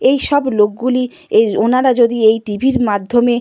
এই সব লোকগুলি এর ওনারা যদি এই টিভির মাধ্যমে